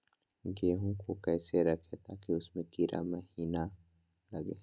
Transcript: गेंहू को कैसे रखे ताकि उसमे कीड़ा महिना लगे?